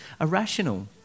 irrational